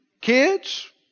kids